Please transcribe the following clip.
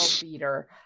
beater